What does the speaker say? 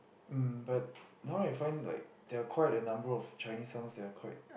mm but now I find like there are quite a number of Chinese songs that are quite